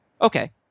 Okay